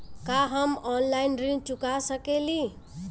का हम ऑनलाइन ऋण चुका सके ली?